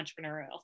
entrepreneurial